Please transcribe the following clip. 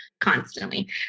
constantly